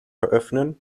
eröffnen